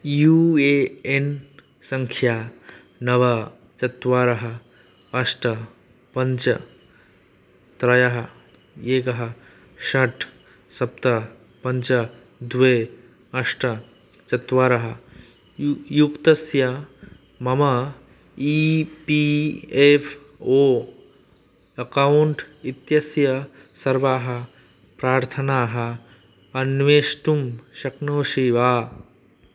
you A N सङ्ख्या नव चत्वारः अष्ट पञ्च त्रयः एकः षट् सप्त पञ्च द्वे अष्ट चत्वारः युक् युक्तस्य मम E P F O account इत्यस्य सर्वाः प्रार्थनाः अन्वेष्टुं शक्नोषि वा